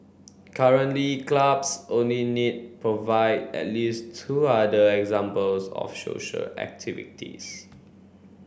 currently clubs only need provide at least two other examples of social activities